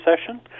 session